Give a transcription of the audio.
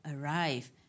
arrive